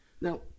Now